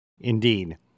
Indeed